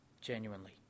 Genuinely